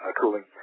cooling